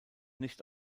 nicht